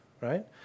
right